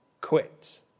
quit